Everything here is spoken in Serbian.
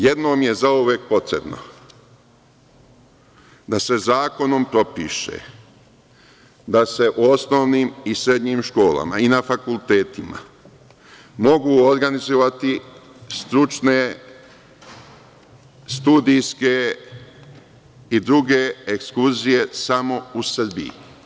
Jednom je zauvek potrebno da se zakonom propiše da se osnovnim i srednjim školama i na fakultetima mogu organizovati stručne, studijske i druge ekskurzije samo u Srbiji.